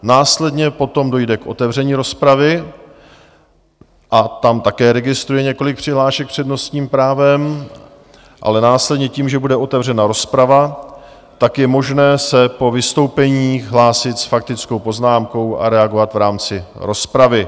Následně potom dojde k otevření rozpravy a tam také registruji několik přihlášek s přednostním právem, ale následně tím, že bude otevřena rozprava, je možné se po vystoupeních hlásit s faktickou poznámkou a reagovat v rámci rozpravy.